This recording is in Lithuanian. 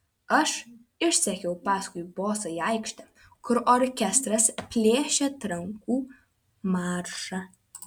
aš išsekiau paskui bosą į aikštę kur orkestras plėšė trankų maršą